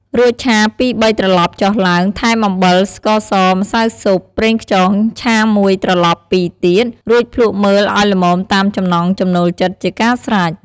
រួចឆាពីរបីត្រឡប់ចុះឡើង ថែមអំបិល ស្ករស ម្សៅស៊ុប ប្រេងខ្យង ឆាមួយត្រឡប់ពីរទៀត រួចភ្លក្សមើលឲ្យល្មមតាមចំណង់ចំណូលចិត្តជាការស្រេច។